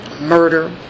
murder